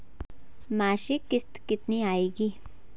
मासिक किश्त कितनी आएगी?